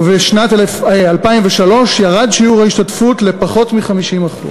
ובשנת 2003 ירד שיעור ההשתתפות לפחות מ-50%.